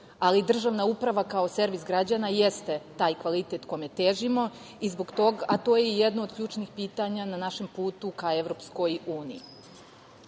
ali državna uprava kao servis građana jeste taj kvalitet kome težimo, a to je jedno od ključnih pitanja na našem putu ka EU.Ovi zakoni